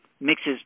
mixes